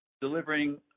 delivering